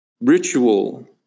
Ritual